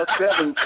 seven